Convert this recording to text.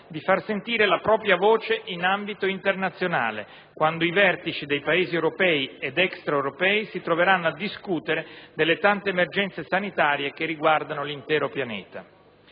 di far sentire la propria voce in ambito internazionale quando i vertici dei Paesi europei ed extraeuropei si troveranno a discutere delle tante emergenze sanitarie che riguardano l'intero pianeta.